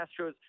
Astros